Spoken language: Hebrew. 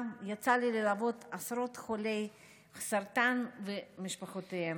יצא לי ללוות עשרות חולי סרטן ואת משפחותיהם.